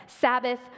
Sabbath